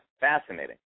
Fascinating